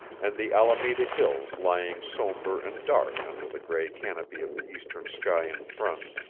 and the alameda hills lying somber and dark under the gray canopy of the eastern sky in front,